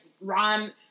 Ron